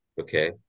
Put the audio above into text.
okay